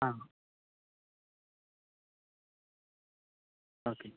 ആ ഓക്കെ